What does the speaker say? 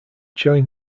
during